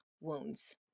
wounds